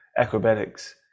acrobatics